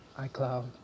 icloud